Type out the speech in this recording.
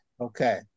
Okay